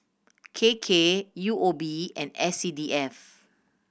K K U O B and S C D F